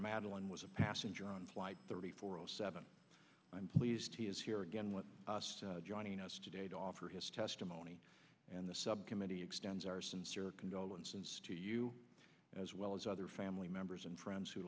madeleine was a passenger on flight thirty four zero seven i'm pleased he is here again with us joining us today to offer his testimony and the subcommittee extends our sincere condolences to you as well as other family members and friends who